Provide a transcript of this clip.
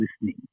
listening